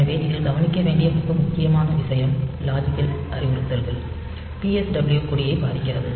எனவே இதில் கவனிக்க வேண்டிய மிக முக்கியமான விஷயம் லாஜிக்கல் அறிவுறுத்தல்கள் PSW கொடிகளை பாதிக்காது